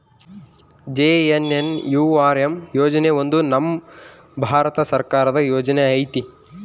JNNURM ಯೋಜನೆ ಒಂದು ನಮ್ ಭಾರತ ಸರ್ಕಾರದ ಯೋಜನೆ ಐತಿ